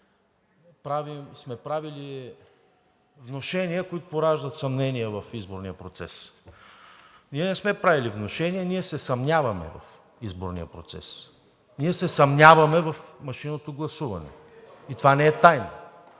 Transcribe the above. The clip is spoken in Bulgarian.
сме правили внушения, които пораждат съмнения в изборния процес. Ние не сме правили внушения. Ние се съмняваме в изборния процес, ние се съмняваме в машинното гласуване, и това не е тайна.